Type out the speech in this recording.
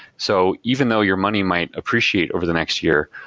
so even though your money might appreciate over the next year,